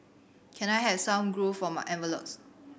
can I have some glue for my envelopes